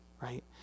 Right